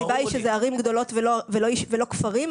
זה ערים גדולות ולא כפרים.